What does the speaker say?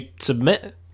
submit